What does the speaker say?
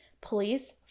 Police